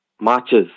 marches